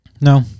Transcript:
No